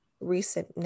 recent